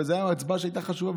אבל זאת הייתה הצבעה שהייתה חשובה,